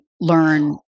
learn